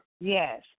Yes